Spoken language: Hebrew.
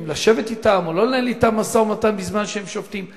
אם לשבת אתם או לא לנהל אתם משא-ומתן בזמן שהם שובתים.